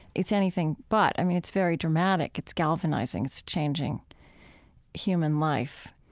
it's anything but. i mean, it's very dramatic. it's galvanizing. it's changing human life.